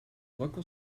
local